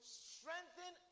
strengthen